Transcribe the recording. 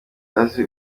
azi